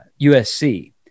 USC